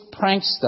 prankster